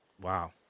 Wow